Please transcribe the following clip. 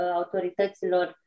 autorităților